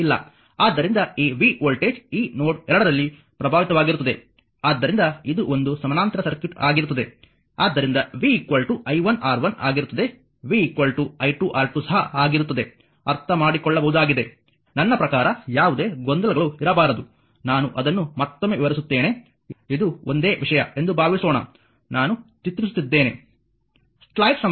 ಆದ್ದರಿಂದ ಈ v voltage ಈ ನೋಡ್ ಎರಡರಲ್ಲಿ ಪ್ರಭಾವಿತವಾಗಿರುತ್ತದೆ ಆದ್ದರಿಂದ ಇದು ಒಂದು ಸಮಾನಾಂತರ ಸರ್ಕ್ಯೂಟ್ ಆಗಿರುತ್ತದೆ ಆದ್ದರಿಂದ v i1 R1 ಆಗಿರುತ್ತದೆ v i2 R2 ಸಹ ಆಗಿರುತ್ತದೆ ಅರ್ಥಮಾಡಿಕೊಳ್ಳಬಹುದಾಗಿದೆ ನನ್ನ ಪ್ರಕಾರ ಯಾವುದೇ ಗೊಂದಲಗಳು ಇರಬಾರದು ನಾನು ಅದನ್ನು ಮತ್ತೊಮ್ಮೆ ವಿವರಿಸುತ್ತೇನೆ ಇದು ಒಂದೇ ವಿಷಯ ಎಂದು ಭಾವಿಸೋಣ ನಾನು ಚಿತ್ರಿಸುತ್ತಿದ್ದೇನೆ